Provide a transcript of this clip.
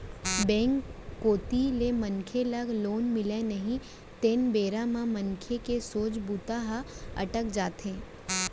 bank कोती ले मनसे ल लोन मिलय नई तेन बेरा म मनसे के सोचे बूता ह अटक जाथे